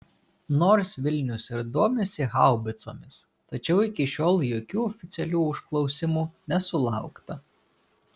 nors vilnius ir domisi haubicomis tačiau iki šiol jokių oficialių užklausimų nesulaukta